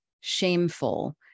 shameful